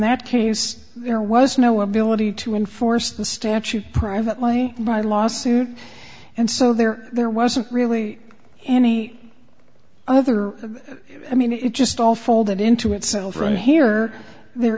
that case there was no ability to enforce the statute privately by law soon and so there there wasn't really any other i mean it just all folded into itself right here there